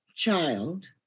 child